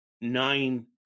nine